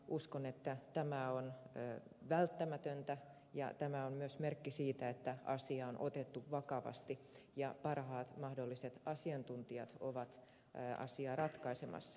uskon että tämä on välttämätöntä ja tämä on myös merkki siitä että asia on otettu vakavasti ja parhaat mahdolliset asiantuntijat ovat asiaa ratkaisemassa